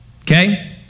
Okay